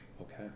Okay